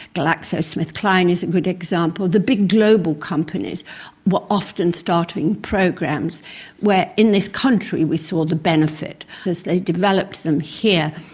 glaxosmithkline is a good example, the big global companies were often starting programs where in this country we saw the benefit because they developed them here.